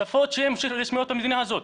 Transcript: שפות שהן רשמיות במדינה הזאת,